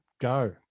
go